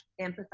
empathize